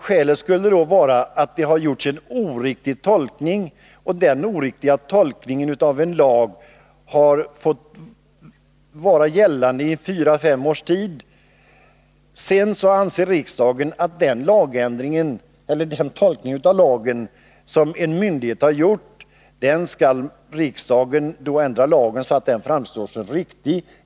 Skälen skulle då vara att det har gjorts en oriktig tolkning av en lag och att denna oriktiga tolkning har fått vara gällande i fyra fem års tid. Den tolkning av lagen som en myndighet felaktigt har gjort skulle då riksdagen genom att ändra lagen få att framstå som riktig.